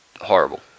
horrible